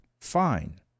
fine